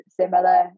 similar